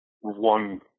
one